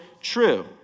true